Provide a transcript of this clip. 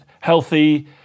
healthy